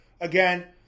again